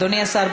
אדוני השר,